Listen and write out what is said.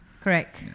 Correct